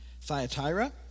Thyatira